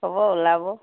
হ'ব ওলাব